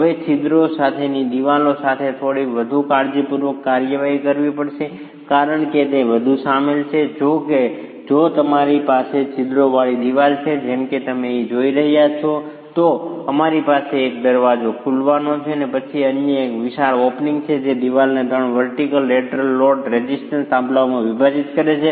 હવે છિદ્રો સાથેની દિવાલો સાથે થોડી વધુ કાળજીપૂર્વક કાર્યવાહી કરવી પડશે કારણ કે તે વધુ સામેલ છે જો કે જો તમારી પાસે છિદ્રોવાળી દીવાલ છે જેમ કે તમે અહીં જોઈ રહ્યા છો તો અમારી પાસે એક દરવાજો ખુલવાનો છે અને પછી અન્ય એક વિશાળ ઓપનિંગ છે જે દિવાલને 3 વર્ટિકલ લેટરલ લોડ રેઝિસ્ટિંગ થાંભલાઓમાં વિભાજિત કરે છે